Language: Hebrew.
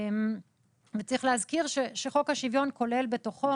צריך להזכיר שחוק השוויון כולל בתוכו